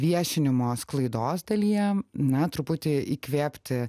viešinimo sklaidos dalyje na truputį įkvėpti